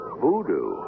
Voodoo